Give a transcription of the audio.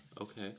Okay